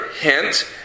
hint